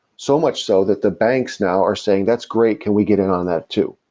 so much so, that the banks now are saying, that's great. can we get in on that too?